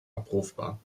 abrufbar